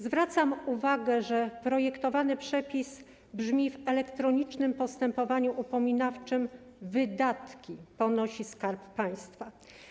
Zwracam uwagę, że projektowany przepis brzmi: w elektronicznym postępowaniu upominawczym wydatki ponosi Skarb Państwa.